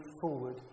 forward